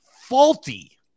faulty